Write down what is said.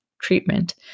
treatment